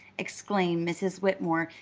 exclaimed mrs. whitmore,